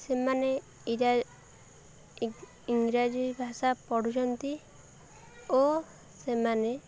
ସେମାନେ ଇରା ଇଂରାଜୀ ଭାଷା ପଢ଼ୁଛନ୍ତି ଓ ସେମାନେ